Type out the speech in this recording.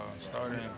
Starting